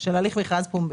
של הליך מכרז פומבי.